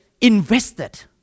invested